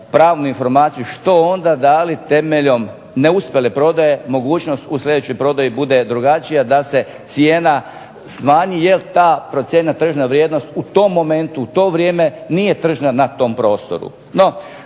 pravu informaciju što onda, da li temeljem neuspjele prodaje mogućnost u sljedećoj prodaji bude drugačija da se cijena smanji. Je li ta procijenjena tržišna vrijednost u tom momentu, u to vrijeme nije tržna na tom prostoru.